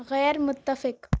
غیر متفق